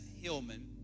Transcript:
Hillman